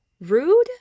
rude